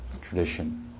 tradition